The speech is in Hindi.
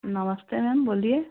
नमस्ते मैम बोलिए